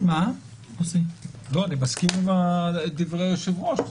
אני מסכים עם דברי היושב-ראש.